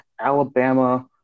Alabama